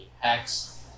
hacks